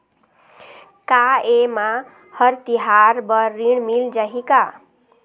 का ये मा हर तिहार बर ऋण मिल जाही का?